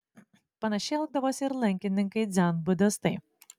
panašiai elgdavosi ir lankininkai dzenbudistai